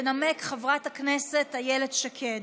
תנמק חברת הכנסת איילת שקד.